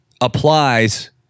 applies